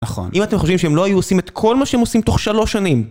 נכון, אם אתם חושבים שהם לא היו עושים את כל מה שהם עושים תוך שלוש שנים...